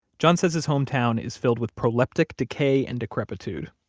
john says his home town is filled with proleptic decay and decrepitude.